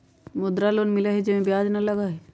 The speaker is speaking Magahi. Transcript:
मुद्रा लोन मिलहई जे में ब्याज न लगहई?